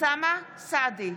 אוסאמה סעדי,